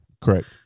correct